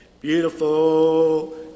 Beautiful